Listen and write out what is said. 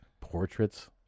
portraits